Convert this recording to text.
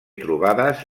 trobades